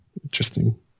interesting